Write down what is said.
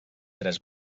tres